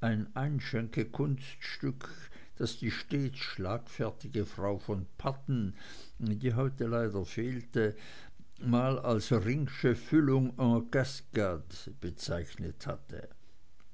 ein einschenkekunststück das die stets schlagfertige frau von padden die heute leider fehlte mal als ringsche füllung en cascade bezeichnet hatte